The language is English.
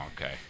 Okay